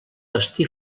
destí